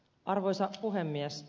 arvoisa puhemies